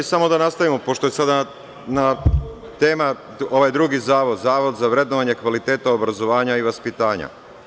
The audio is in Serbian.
Mi samo da nastavimo, pošto je sada tema ovaj drugi zavod – Zavod za vrednovanje kvaliteta obrazovanja i vaspitanja.